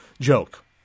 joke